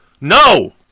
No